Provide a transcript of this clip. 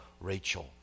Rachel